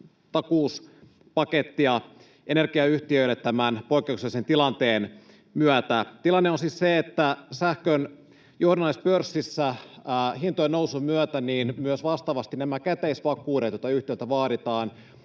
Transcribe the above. takauspakettia energiayhtiöille tämän poikkeuksellisen tilanteen myötä. Tilanne on siis se, että sähkön johdannaispörssissä hintojen nousun myötä myös vastaavasti käteisvakuudet, joita yhtiöiltä vaaditaan,